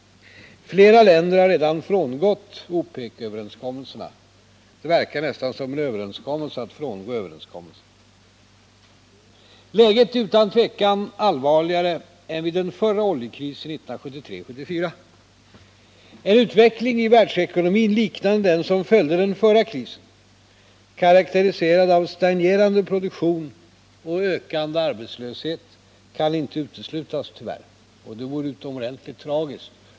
Flera länder har redan frångått OPEC-överenskommelserna. Det verkar nästan som en överenskommelse om att frångå överenskommelsen. Läget är utan tvivel allvarligare än vid den förra oljekrisen 1973-1974. En utveckling av världsekonomin liknande den som följde den förra krisen, karakteriserad av stagnerande produktion och ökande arbetslöshet, kan tyvärr inte uteslutas, något som vore utomordentligt tragiskt.